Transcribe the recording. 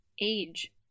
age